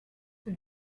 the